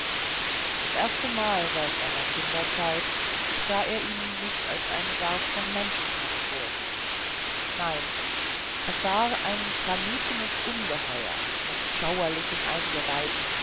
das erstemal seit seiner kinderzeit sah er ihn nicht als ein werk von menschenhand vor sich nein es war ein granitenes ungeheuer mit schauerlichen eingeweiden